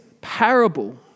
parable